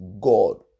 God